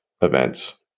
events